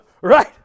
Right